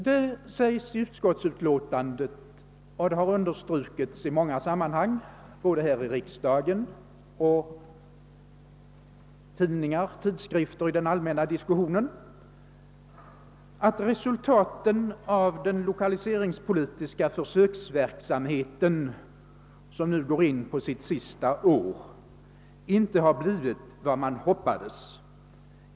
Det framhålles i utskottsutlåtandet — och det har understrukits i många sammanhang både här i riksdagen, i tidningar, i tidskrifter och i den allmänna diskussionen — att resultaten av den lokaliseringspolitiska försöksverksamheten, som nu går in på sitt sista år, inte har blivit vad man hoppades.